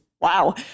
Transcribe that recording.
wow